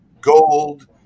GOLD